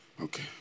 Okay